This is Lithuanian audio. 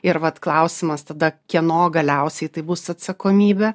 ir vat klausimas tada kieno galiausiai tai bus atsakomybė